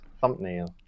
thumbnail